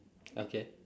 okay